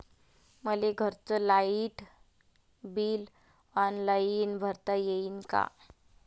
मले घरचं light bill online भरता येईन का?